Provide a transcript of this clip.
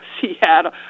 Seattle